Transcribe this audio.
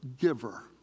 giver